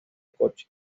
coche